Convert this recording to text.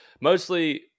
Mostly